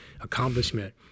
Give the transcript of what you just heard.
accomplishment